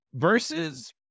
versus